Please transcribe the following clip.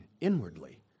inwardly